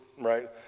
right